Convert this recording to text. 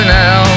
now